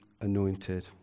anointed